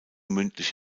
mündlich